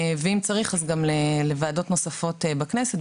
ואם צריך גם לוועדות נוספות בכנסת.